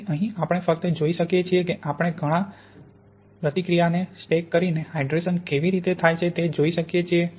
તેથી અહીં આપણે ફક્ત જોઈ શકીએ છીએ કે આપણે ઘણા બધી પ્રતિક્રિયાને સ્ટેક કરીને હાઇડ્રેશન કેવી રીતે થાય છે તે જોઈ શકીએ છીએ